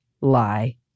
lie